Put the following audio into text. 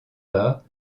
bas